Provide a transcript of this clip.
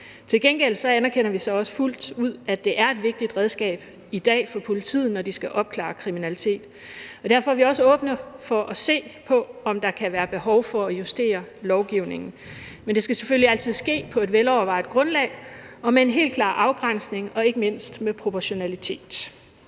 Til gengæld anerkender vi så også fuldt ud, at det er et vigtigt redskab i dag for politiet, når de skal opklare kriminalitet, og derfor er vi også åbne over for at se på, om der kan være behov for at justere lovgivningen. Men det skal selvfølgelig altid ske på et velovervejet grundlag og med en helt klar afgrænsning og ikke mindst med proportionalitet.